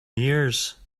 years